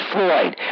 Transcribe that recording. Floyd